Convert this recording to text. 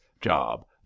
job